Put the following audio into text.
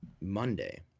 Monday